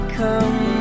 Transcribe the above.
come